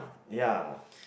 ya